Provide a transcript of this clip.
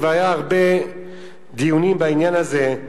כבר היו הרבה דיונים בעניין הזה,